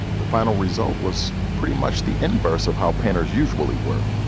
the final result was pretty much the inverse of how painters usually work.